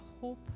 hope